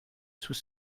sous